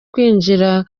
kwinjira